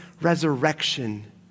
resurrection